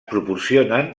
proporcionen